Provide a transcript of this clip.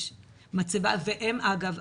יש מצבה והם אגב,